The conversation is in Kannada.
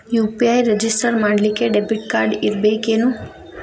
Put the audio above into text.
ಯು.ಪಿ.ಐ ರೆಜಿಸ್ಟರ್ ಮಾಡ್ಲಿಕ್ಕೆ ದೆಬಿಟ್ ಕಾರ್ಡ್ ಇರ್ಬೇಕೇನು?